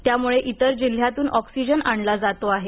त्यामुळे इतर जिल्ह्यातून ऑक्सिजन आणला जातो आहे